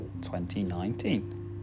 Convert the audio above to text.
2019